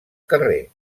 carrer